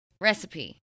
recipe